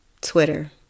Twitter